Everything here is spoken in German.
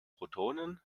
protonen